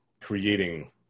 creating